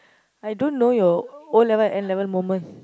I don't know your O-level and N-level moment